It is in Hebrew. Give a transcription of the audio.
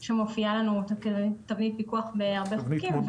פיקוח שמופיעה לנו בהרבה חוקים.